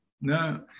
no